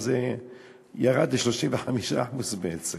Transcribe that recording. אז זה ירד ל-35% בעצם.